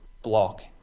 block